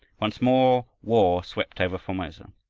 once more war swept over formosa.